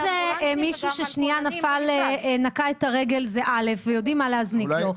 אם זה מישהו שנפל ונקע את הרגל זה א' ויודעים מה להזניק לו,